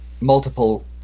multiple